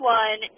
one